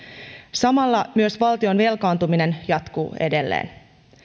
samalla myös valtion velkaantuminen jatkuu edelleen